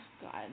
God